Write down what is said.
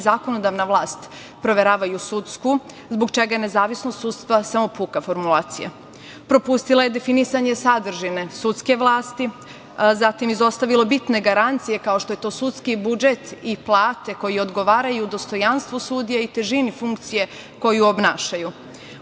zakonodavna vlast proveravaju sudsku, zbog čega je nezavisnost sudstva samo puka formulacija. Propustilo je definisanje sadržine sudske vlasti, zatim, izostavilo bitne garancije, kao što je to sudski budžet i plate koje odgovaraju dostojanstvu sudija i težini funkcije koju obnašaju.